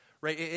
right